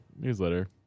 Newsletter